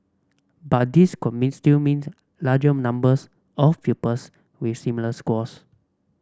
but these could mean still meant larger numbers of pupils with similar scores